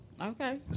Okay